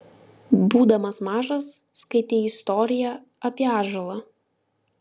būdamas mažas skaitei istoriją apie ąžuolą